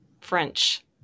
french